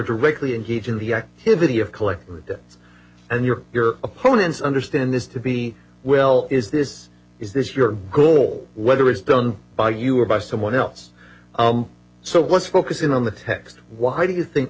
directly engage in the activity of collecting debts and you're your opponents understand this to be well is this is this your goal whether it's done by you or by someone else so let's focus in on the text why do you think